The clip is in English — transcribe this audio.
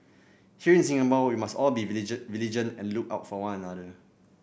here in Singapore we must all be vigilant and look out for one another